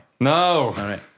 No